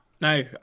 No